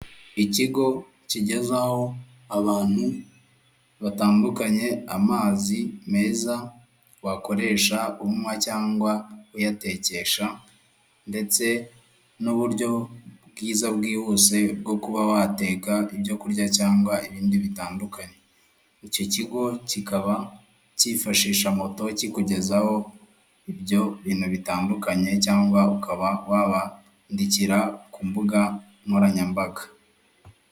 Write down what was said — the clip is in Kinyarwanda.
Ikigo kigezaho abantu batandukanye amazi meza wakoresha unywa cyangwa uyatekesha ndetse n'uburyo bwiza bwihuse bwo kuba wateka ibyo kurya cyangwa ibindi bitandukanye. Icyo kigo kikaba cyifashisha moto kikugezaho ibyo bintu bitandukanye cyangwa ukaba wabandikira ku mbuga nkoranyambaga.